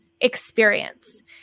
experience